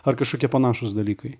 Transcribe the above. ar kažkokie panašūs dalykai